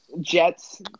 Jets